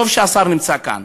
טוב שהשר נמצא כאן,